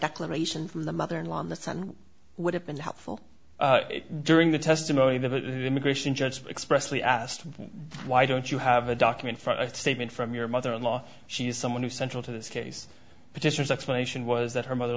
declaration from the mother in law on this one would have been helpful during the testimony the immigration judge expressly asked why don't you have a document from a statement from your mother in law she is someone who central to this case petitions explanation was that her mother